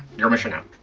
you're missing out.